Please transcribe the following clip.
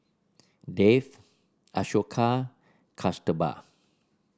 Dev Ashoka Kasturba